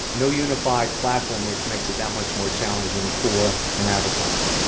no unified platform, which makes it that much more challenging for an advertiser.